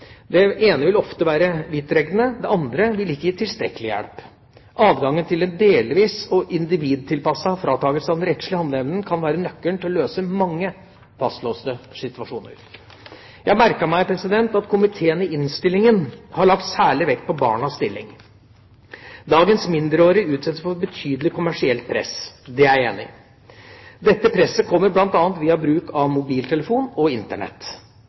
Det ene vil ofte være for vidtrekkende, det andre vil ikke gi tilstrekkelig hjelp. Adgangen til en delvis og individtilpasset fratakelse av den rettslige handleevnen kan være nøkkelen til å løse mange fastlåste situasjoner. Jeg har merket meg at komiteen i innstillingen har lagt særlig vekt på barnas stilling. Dagens mindreårige utsettes for betydelig kommersielt press, det er jeg enig i. Dette presset kommer bl.a. via bruk av mobiltelefon og Internett.